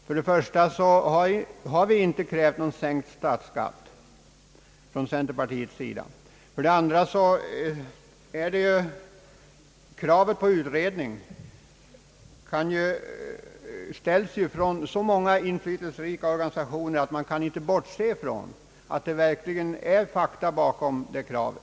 För det första har vi inom centerpartiet inte krävt någon sänkt statsskatt, och för det andra ställs som bekant kravet på utredning från så många betydande instanser och organisationer, att man inte kan bortse från att det verkligen är sakligt stöd bakom det kravet.